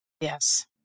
Yes